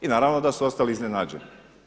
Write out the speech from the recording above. I naravno da su ostali iznenađeni.